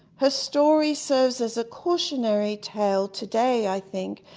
her story serves as a cautionary tale today, i think,